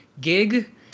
gig